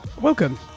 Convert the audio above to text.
welcome